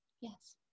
Yes